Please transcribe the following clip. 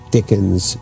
Dickens